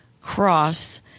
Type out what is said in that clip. cross